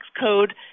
code